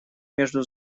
между